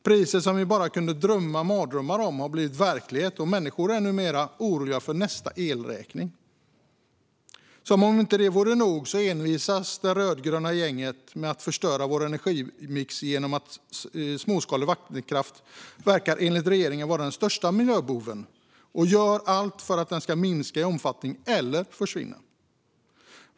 Priser som vi tidigare drömde mardrömmar om har blivit verklighet, och människor är numera oroliga för nästa elräkning. Som om det inte vore nog envisas det rödgröna gänget med att förstöra vår energimix genom att regeringen verkar anse att småskalig vattenkraft är den största miljöboven. Man gör allt för att den ska minska i omfattning eller försvinna.